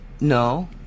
No